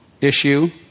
issue